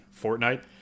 Fortnite